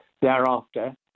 thereafter